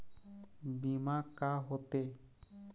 बीमा का होते?